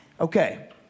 Okay